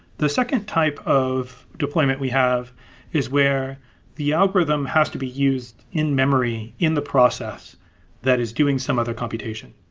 the second type of deployment we have is where the algorithm has to be used in memory in the process that is doing some other computation.